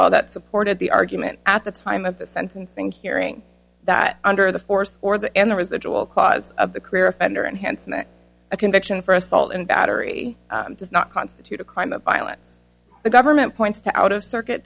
law that supported the argument at the time of the sentencing hearing that under the force or the end the residual clause of the career offender and hence a conviction for assault and battery does not constitute a crime of violence the government points to out of circuit